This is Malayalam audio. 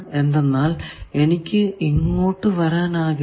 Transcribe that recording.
എന്തെന്നാൽ എനിക്ക് ഇങ്ങോട്ടു വരാനാകില്ല